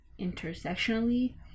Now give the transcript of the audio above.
intersectionally